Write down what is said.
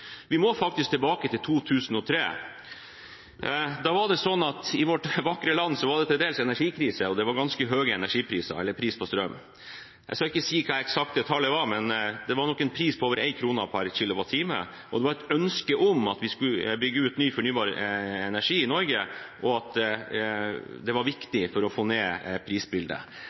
Vi må faktisk tilbake til 2003. Da var det sånn i vårt vakre land at det til dels var energikrise, og prisen på strøm var ganske høy. Jeg skal ikke si hva det eksakte tallet var, men det var nok en pris på over 1 kr per kWh. Det var et ønske om at vi skulle bygge ut ny fornybar energi i Norge, og at det var viktig for å få ned prisbildet. Det var